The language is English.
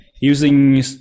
using